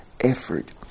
effort